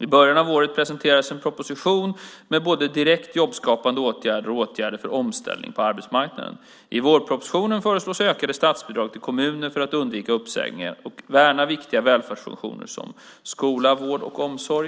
I början av året presenterades en proposition med både direkt jobbskapande åtgärder och åtgärder för omställning på arbetsmarknaden. I vårpropositionen föreslås ökade statsbidrag till kommunerna för att undvika uppsägningar och värna viktiga välfärdsfunktioner, som skola, vård och omsorg.